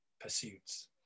pursuits